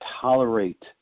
tolerate